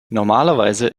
normalerweise